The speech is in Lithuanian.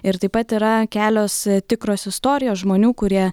ir taip pat yra kelios tikros istorijos žmonių kurie